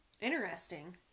interesting